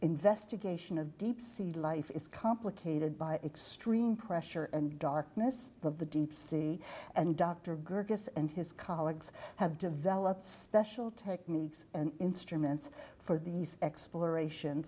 investigation of deep sea life is complicated by extreme pressure and darkness of the deep sea and dr gergis and his colleagues have developed special techniques and instruments for these exploration